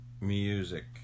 Music